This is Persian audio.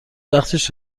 وقتش